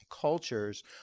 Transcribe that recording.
cultures